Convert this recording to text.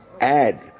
add